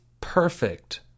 perfect